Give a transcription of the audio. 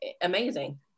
amazing